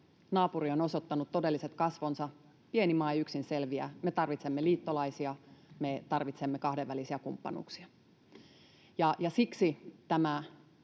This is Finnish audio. Naapuri on osoittanut todelliset kasvonsa. Pieni maa ei yksin selviä. Me tarvitsemme liittolaisia, me tarvitsemme kahdenvälisiä kumppanuuksia. Siksi tämä